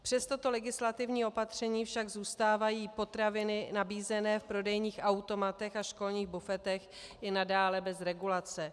Přes toto legislativní opatření však zůstávají potraviny nabízené v prodejních automatech a školních bufetech i nadále bez regulace.